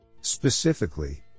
Specifically